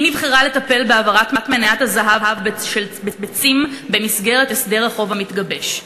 היא נבחרה לטפל בהעברת מניית הזהב ב"צים" במסגרת הסדר החוב המתגבש.